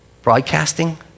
broadcasting